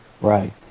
Right